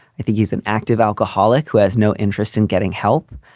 i think he's an active alcoholic who has no interest in getting help.